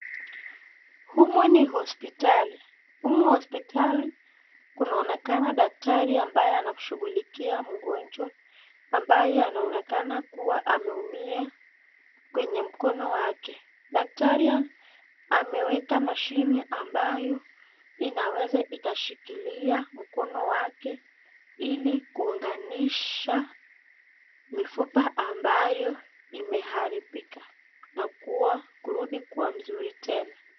Humu ni hospitali, humu hospitali kunaonekama daktari ambaye anamshughulikia mgonjwa ambaye anaonekana ameumia kwenye mkono wake. Daktari ameweka mashini ambayo inaweza ikashikilia mkono wake ili kuunganisha mifupa ambayo imeharibika na kuwa kurudi kuwa mzuri tena.